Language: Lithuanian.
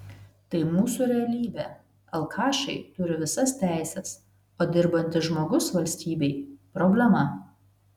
tai mūsų realybė alkašai turi visas teises o dirbantis žmogus valstybei problema